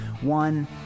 One